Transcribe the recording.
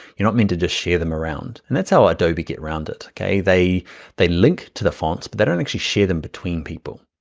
you're not meant to just share them around, and that's how adobe get around it, okay? they they link to the fonts, but they don't actually share them between people.